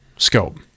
Scope